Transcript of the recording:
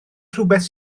rhywbeth